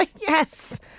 Yes